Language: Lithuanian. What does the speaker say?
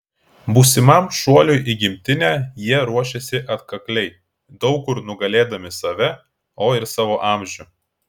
būsimam šuoliui į gimtinę jie ruošėsi atkakliai daug kur nugalėdami save o ir savo amžių